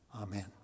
Amen